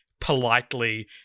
politely